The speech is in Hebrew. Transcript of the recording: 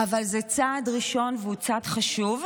אבל זה צעד ראשון, והוא צעד חשוב.